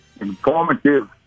informative